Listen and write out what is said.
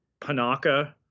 panaka